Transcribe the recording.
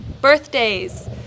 birthdays